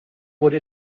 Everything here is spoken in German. wurde